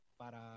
para